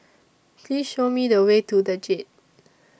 Please Show Me The Way to The Jade